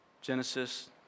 Genesis